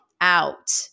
out